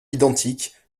identiques